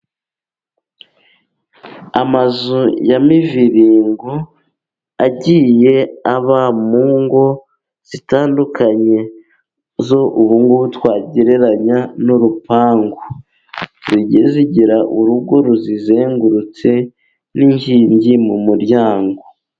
Amazu ya miviringo agiye aba mu ngo zitandukanye zo ubu ngubu twagereranya n'urupangu, zigiye zigira urugo ruzizengurutse n'inkingi mu muryango.